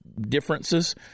differences